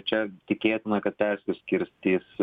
čia tikėtina kad persiskirstys